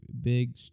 big